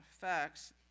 facts